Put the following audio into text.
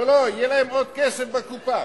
לא לא, יהיה להם עוד כסף בקופה.